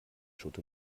schutt